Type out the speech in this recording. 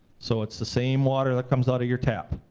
so it's the same water that comes out of your tap.